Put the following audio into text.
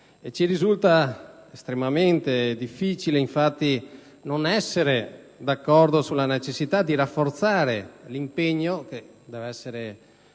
Ci risulta estremamente difficile, infatti, non essere d'accordo sulla necessità di rafforzare l'impegno, che deve essere